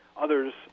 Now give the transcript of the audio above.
others